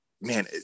man